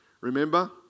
Remember